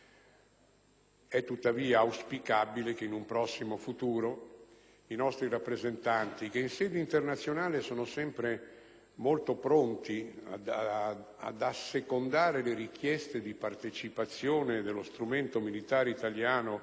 È tuttavia auspicabile in un prossimo futuro che i nostri rappresentanti, che in sede internazionale sono sempre molto pronti ad assecondare le richieste di partecipazione dello strumento militare italiano alle